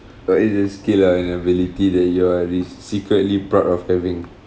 what is a skill or an ability that you are re~ secretly proud of having